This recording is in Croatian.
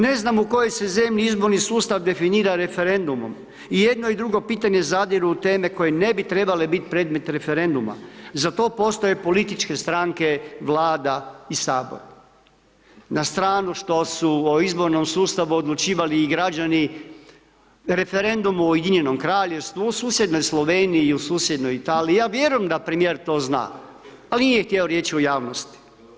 Ne znam u kojoj se zemlji izborni sustav definira referendumom, i jedno i drugo pitanje zadiru u teme koje ne bi trebale biti predmet referenduma, za to postoje političke stranke, Vlada i HS, na stranu što su o izbornom sustavu odlučivali i građani, referendum o Ujedinjenom Kraljevstvu, u susjednoj Sloveniji i u susjednoj Italiji, ja vjerujem da premijer to zna, al nije htio reći u javnosti.